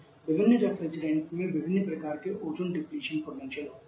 विभिन्न रेफ्रिजरेंट में विभिन्न प्रकार के ओजोन डिप्लेशन पोटेंशियल होती है